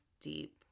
deep